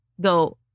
go